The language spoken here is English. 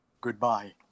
Goodbye